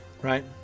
right